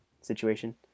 situation